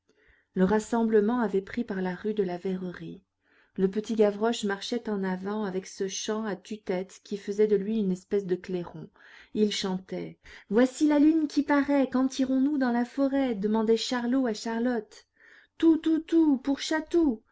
le rassemblement avait pris par la rue de la verrerie le petit gavroche marchait en avant avec ce chant à tue-tête qui faisait de lui une espèce de clairon il chantait voici la lune qui paraît quand irons-nous dans la forêt demandait charlot à charlotte tou tou tou pour chatou